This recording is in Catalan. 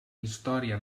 història